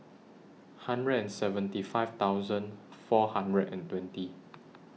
hundred and seventy five thousand four hundred and twenty